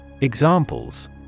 Examples